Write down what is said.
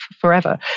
forever